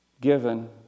given